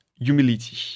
humility